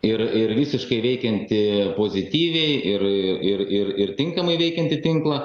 ir ir visiškai veikiantį pozityviai ir ir ir ir tinkamai veikiantį tinklą